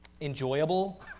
Enjoyable